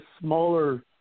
smaller